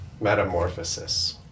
metamorphosis